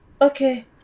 okay